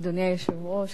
אדוני היושב-ראש,